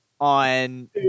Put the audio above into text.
on